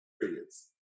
periods